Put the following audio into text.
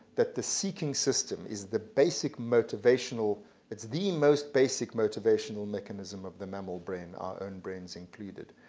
that the seeking system is the basic motivational it's the most basic motivational mechanism of the mammal brain, our own brains included.